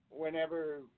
Whenever